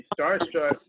starstruck